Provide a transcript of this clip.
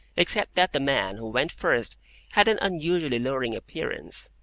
except that the man who went first had an unusually lowering appearance,